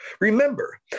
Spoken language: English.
Remember